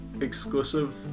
exclusive